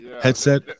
headset